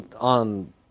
on